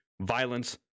violence